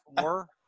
Four